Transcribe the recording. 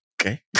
Okay